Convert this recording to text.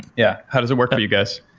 yeah, how does it work for you guys?